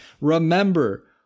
Remember